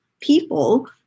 people